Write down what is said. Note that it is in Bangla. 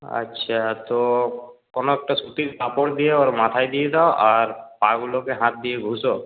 আচ্ছা তো কোনো একটা সুতির কাপড় দিয়ে ওর মাথায় দিয়ে দাও আর পাগুলোকে হাত দিয়ে ঘষো